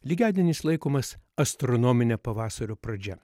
lygiadienis laikomas astronomine pavasario pradžia